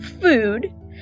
food